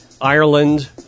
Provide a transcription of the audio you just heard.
Ireland